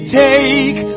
take